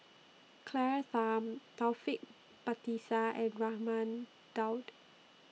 Claire Tham Taufik Batisah and Raman Daud